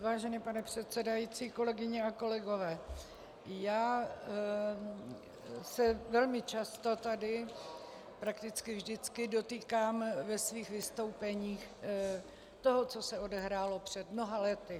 Vážený pane předsedající, kolegyně a kolegové, já se velmi často tady, prakticky vždycky, dotýkám ve svých vystoupeních toho, co se odehrálo před mnoha lety.